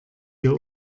wir